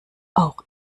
auch